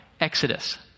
Exodus